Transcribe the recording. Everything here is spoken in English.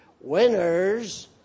winners